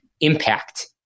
impact